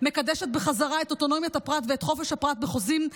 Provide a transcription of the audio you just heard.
מקדשות בחזרה את אוטונומיית הפרט ואת חופש הפרט בחוזים,